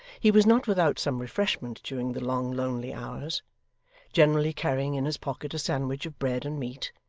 he was not without some refreshment during the long lonely hours generally carrying in his pocket a sandwich of bread and meat,